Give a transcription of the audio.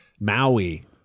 maui